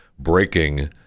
Breaking